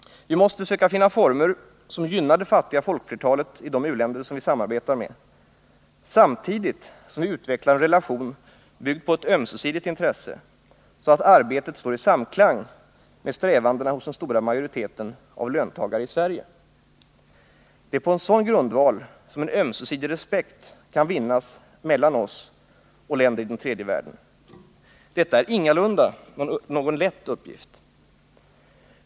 Vi måste söka finna former, som gynnar det fattiga folkflertalet i de u-länder vi samarbetar med, samtidigt som vi utvecklar en relation byggd på ett ömsesidigt intresse, så att arbetet står i samklang med strävandena hos den stora majoriteten av löntagare i Sverige. Det är på en sådan grundval som en ömsesidig respekt kan vinnas mellan oss och länder i den tredje världen. Detta är ingalunda någon lätt uppgift.